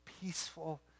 peaceful